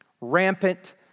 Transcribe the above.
rampant